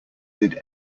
did